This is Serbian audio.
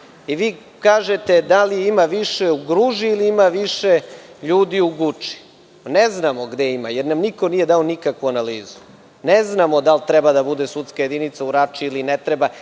i vi kažete da li ima više u Gruži ili ima više ljudi u Guči. Ne znamo gde ima, jer nam niko nije dao nikakvu analizu. Ne znamo da li treba da bude sudska jedinica u Rači ili ne treba,